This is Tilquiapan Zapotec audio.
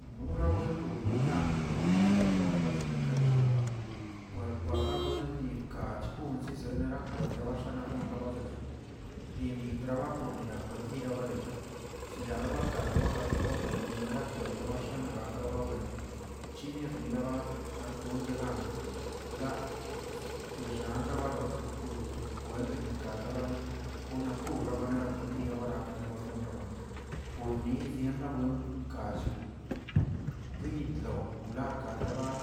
Nurabuenrobuengam par buenchira bkwerbachshi kayon raba puerr parrabuen yirkaach gonzizə narakwe dirabaxaanagon ranrabazee dieni traba pornirakwelnirabə dekə chira rabarkalx bakra babuen rakwe dirabaxana kraba wren chini rniraba adgondyagan wlaa xixanlabaro doku dokwentnirka xaba na kobr nerabanag lira barak dira bakunraba pornizə rinrabuen tkachlii guenitlo arkaxaba